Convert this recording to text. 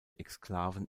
exklaven